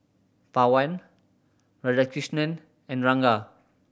Pawan Radhakrishnan and Ranga